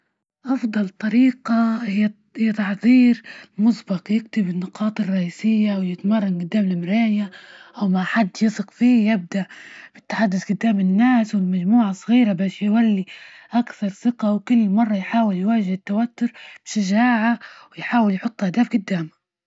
أفضل طريقة هي تعذير مسبق، يكتب النقاط الرئيسية ويتمرن قدام المراية، أو مع حد يثق فيه، يبدأ التحدث قدام الناس والمجموعة صغيرة بس، يولي أكثر ثقة وكل مرة يحاول يواجه التوتر، شجاعة ويحاول يحط اهداف جدامه.